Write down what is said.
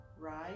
right